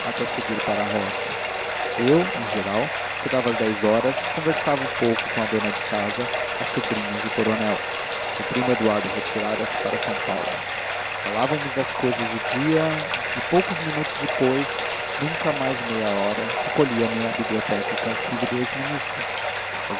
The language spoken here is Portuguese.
seguir para a roga eu em geral chegava às dez horas conversava um pouco com o dona da casa as sobrinhas e o coronel o primo eduardo retirara se para s paulo falávamos das cousas do dia e poucos minutos depois nunca mais de meia hora recolhia me à biblioteca com o filho do ex ministro